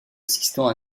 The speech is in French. assistant